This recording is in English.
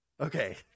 okay